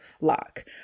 lock